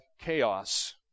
chaos